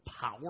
power